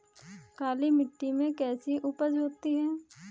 काली मिट्टी में कैसी उपज होती है?